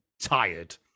tired